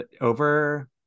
over